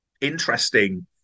interesting